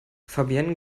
fabienne